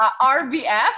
RBF